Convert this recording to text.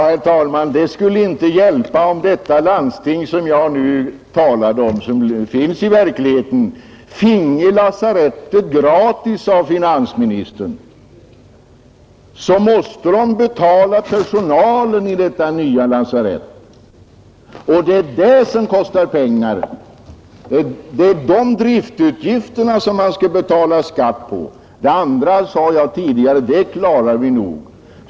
Herr talman! Det skulle inte hjälpa om det landsting, som jag talade om och som finns i verkligheten, finge lasarettet gratis av finansministern. Man måste i alla fall betala personalen i detta nya lasarett, och det är det som kostar pengar — det är framför allt driftutgifterna man skall betala med skattemedel. Det andra, sade jag tidigare, klarar vi nog.